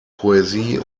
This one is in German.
poesie